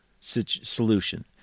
solution